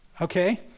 Okay